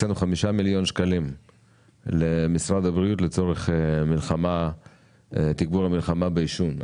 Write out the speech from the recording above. הקצינו חמישה מיליון שקלים למשרד הבריאות לצורך תגבור המלחמה בעישון.